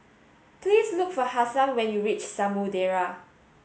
please look for Hasan when you reach Samudera